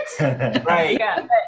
Right